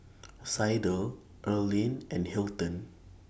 Sydell Erline and Hilton